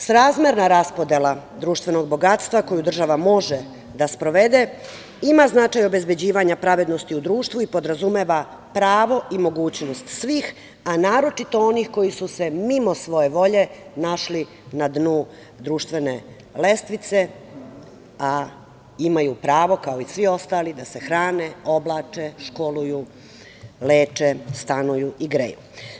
Srazmerna raspodela društvenog bogatstva koju država može da sprovede ima značaj obezbeđivanja pravednosti u društvu i podrazumeva pravo i mogućnost svih, a naročito onih koji su se mimo svoje volje našli na dnu društvene lestvice, a imaju pravo kao i svi ostali da se hrane, oblače, školuju, leče, stanuju i greju.